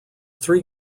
three